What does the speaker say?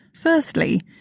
Firstly